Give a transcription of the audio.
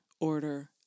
order